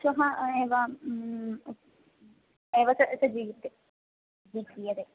श्वः एव एव तत् क्रियते क्रियते